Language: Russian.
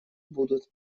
будут